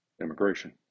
immigration